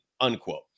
unquote